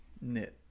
knit